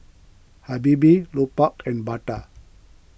Habibie Lupark and Bata